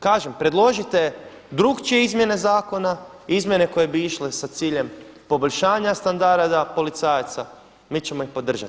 Kažem, predložite drukčije izmjene zakona, izmjene koje bi išle sa ciljem poboljšanja standarada policajaca mi ćemo ih podržati.